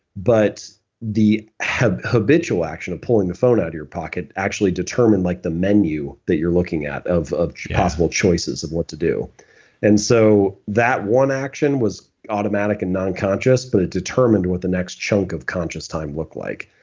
but the habitual action of pulling the phone out of your pocket actually determine like the menu that you're looking at of of possible choices of what to do and so that one action was automatic and nonconscious, but it determined what the next chunk of conscious time look like.